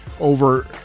over